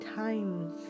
times